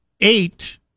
eight